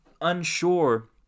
unsure